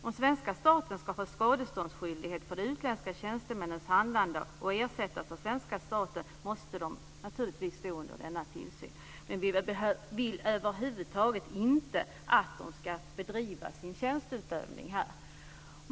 Om svenska staten ska få skadeståndsskyldighet för utländska tjänstemäns handlande och det ska ersättas av svenska staten måste dessa naturligtvis stå under tillsyn. Vi vill över huvud taget inte att de ska bedriva sin tjänsteutövning här.